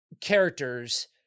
characters